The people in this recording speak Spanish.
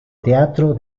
teatro